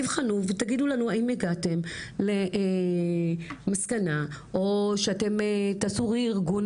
תבחנו ותגידו לנו האם הגעתם למסקנה או שאתם תעשו רה-ארגון